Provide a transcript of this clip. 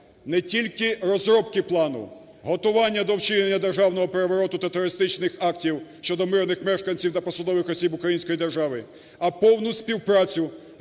не тільки розробки плану, готування до вчинення державного перевороту та терористичних актів щодо мирних мешканців та посадових осіб української держави, а повну співпрацю